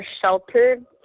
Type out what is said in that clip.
sheltered